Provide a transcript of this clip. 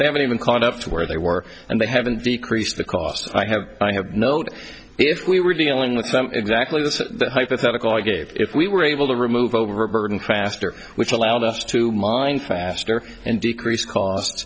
they haven't even caught up to where they were and they haven't decrease the cost i have i have no doubt if we were dealing with some exactly the hypothetical i gave if we were able to remove overburden faster which allowed us to mine faster and decrease cost